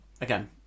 again